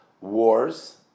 wars